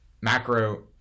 macro